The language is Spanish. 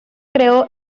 creó